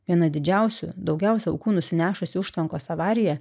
viena didžiausių daugiausiai aukų nusinešusi užtvankos avarija